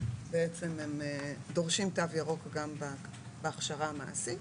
ובעצם הם דורשים תו ירוק גם בהכשרה המעשית.